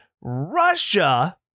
Russia